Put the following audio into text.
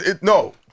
No